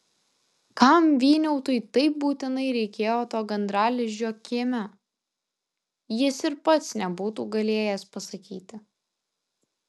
kam vyniautui taip būtinai reikėjo to gandralizdžio kieme jis ir pats nebūtų galėjęs pasakyti